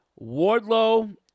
Wardlow